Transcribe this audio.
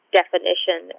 definition